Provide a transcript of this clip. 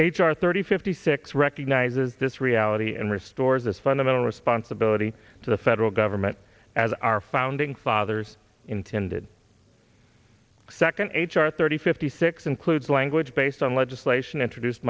privacy h r thirty fifty six recognizes this reality and restores this fundamental responsibility to the federal government as our founding fathers intended second h r thirty fifty six includes language based on legislation introduced